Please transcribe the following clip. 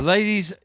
Ladies